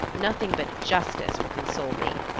nothing but justice will console me,